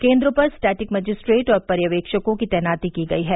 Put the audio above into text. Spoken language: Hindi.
केन्द्रों पर स्टैटिक मजिस्ट्रेट और पर्यवेक्षकों की तैनाती की गयी है